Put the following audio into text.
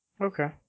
Okay